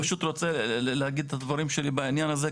אני פשוט רוצה להגיד את הדברים שלי בעניין הזה,